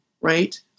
right